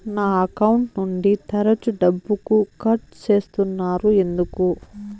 నా అకౌంట్ నుండి తరచు డబ్బుకు కట్ సేస్తున్నారు ఎందుకు